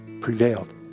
prevailed